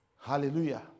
Hallelujah